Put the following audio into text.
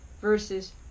versus